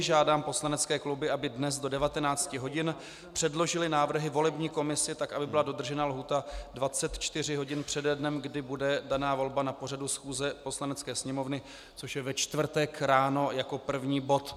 Žádám poslanecké kluby, aby dnes do 19 hodin předložily návrhy volební komisi tak, aby byla dodržena lhůta 24 hodin přede dnem, kdy bude daná volba na pořadu schůze Poslanecké sněmovny, což je ve čtvrtek ráno jako první bod.